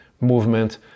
movement